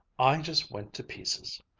i just went to pieces.